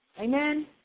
Amen